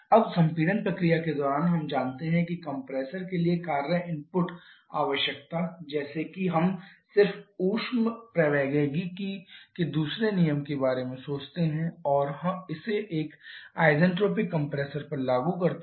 अब संपीड़न प्रक्रिया के दौरान हम जानते हैं कि कंप्रेसर के लिए कार्य इनपुट आवश्यकता जैसे कि हम सिर्फ ऊष्मप्रवैगिकी के दूसरे नियम के बारे में सोचते हैं और इसे एक आइसेंट्रोपिक कंप्रेसर पर लागू करते हैं